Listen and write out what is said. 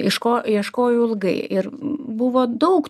ieško ieškojau ilgai ir buvo daug